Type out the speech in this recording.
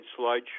slideshow